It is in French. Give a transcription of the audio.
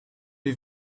les